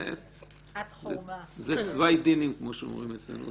זה "צווי דיני" כמו שאומרים אצלנו,